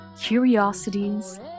curiosities